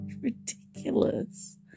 Ridiculous